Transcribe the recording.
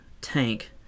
tank